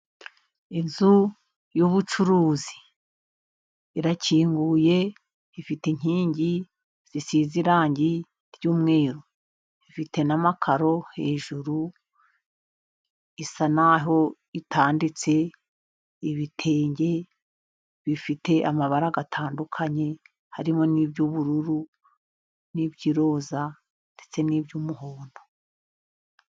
Inzu y'ubucuruzi irakinguye ifite inkingi zisize irangi ry'umweru, ifite n'amakaro hejuru isa naho itanditse ibitenge bifite amabara atandukanye harimo n'iby'ubururu n'iby'iroza ndetse n'iby'umuhondo.